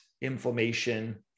inflammation